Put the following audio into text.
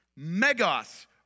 Megos